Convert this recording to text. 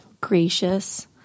gracious